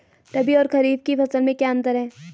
रबी और खरीफ की फसल में क्या अंतर है?